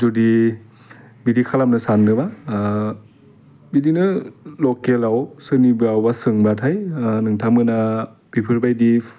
जुदि बिदि खालामनो सान्दोबा बिदिनो लकेलाव सोरनिबायावबा सोंबाथाइ नोंथांमोना बेफोरबायदि